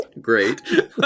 great